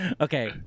Okay